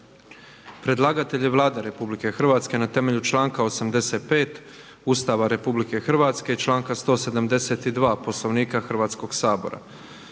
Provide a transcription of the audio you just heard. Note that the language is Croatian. Predlagatelj je Vlada RH na temelju članka 85. Ustava RH i članka 172. Poslovnika Hrvatskog sabora.